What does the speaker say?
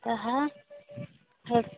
କାହା ହଉ